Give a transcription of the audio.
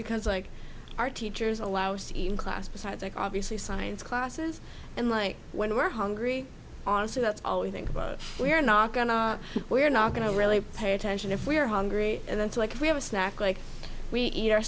because like our teachers allows even class besides like obviously science classes and like when we're hungry honestly that's all we think about we're not going to we're not going to really pay attention if we're hungry and that's like if we have a snack like we eat our